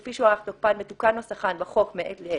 כפי שהוארך תוקפן ותוקן נוסחן בחוק מעת לעת,